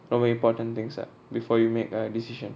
all very important things uh before you make a decision